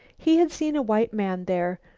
he had seen a white man there,